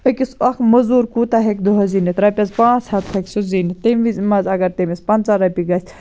أکِس اَکھ موٚزور کوٗتاہ ہیٚکہِ دۄہَس زیٖنِتھ رۄپیَس پانٛژھ ہَتھ ہیٚکہِ سُہ زیٖنِتھ تمہِ مَنٛز اگر تمِس پَنٛژاہ رۄپیہِ گَژھِ